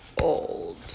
old